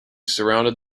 surrounded